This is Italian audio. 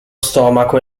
stomaco